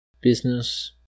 business